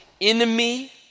enemy